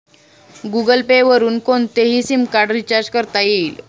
Google Pay वरुन कोणतेही sim card recharge करता येईल